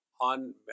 on